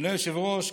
אדוני היושב-ראש,